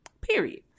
period